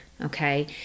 okay